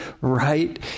right